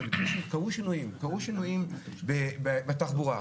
קרו שינויים בתחבורה,